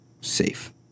safe